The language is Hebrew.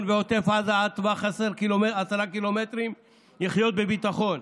ועוטף עזה עד טווח 10 ק"מ לחיות בביטחון,